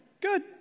Good